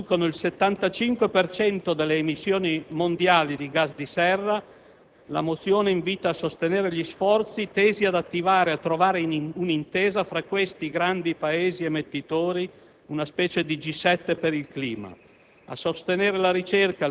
Europea, producono il 75 per cento delle emissioni mondiali di gas serra, la mozione invita: a sostenere gli sforzi tesi ad attivare e a trovare un'intesa fra questi grandi Paesi emettitori, una sorta di G7 per il clima;